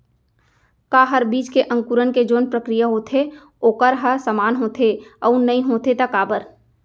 का हर बीज के अंकुरण के जोन प्रक्रिया होथे वोकर ह समान होथे, अऊ नहीं होथे ता काबर?